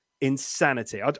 insanity